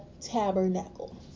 Tabernacle